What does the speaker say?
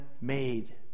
made